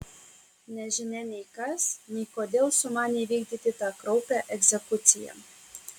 nežinia nei kas nei kodėl sumanė įvykdyti tą kraupią egzekuciją